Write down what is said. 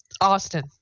Austin